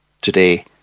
Today